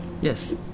Yes